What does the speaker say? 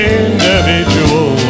individual